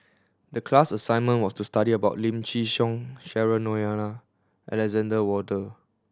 the class assignment was to study about Lim Chin Siong Cheryl Noronha Alexander Wolters